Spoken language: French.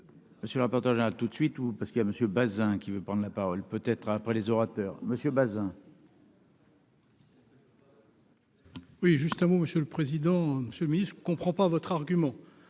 monsieur le rapporteur général, toute de suite ou parce qu'il y a monsieur Bazin qui veut prendre la parole peut être après les orateurs monsieur Bazin. Oui, juste un mot, monsieur le président, Monsieur le Ministre, comprends pas votre argument